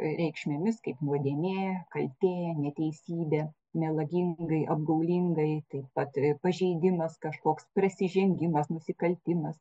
reikšmėmis kaip nuodėmė kaltė neteisybė melagingai apgaulingai taip pat pažeidimas kažkoks prasižengimas nusikaltimas